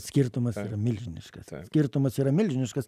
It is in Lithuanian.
skirtumas milžiniškas skirtumas yra milžiniškas